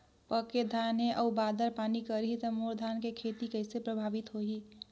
पके धान हे अउ बादर पानी करही त मोर धान के खेती कइसे प्रभावित होही?